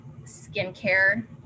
skincare